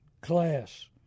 Class